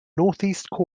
northeastern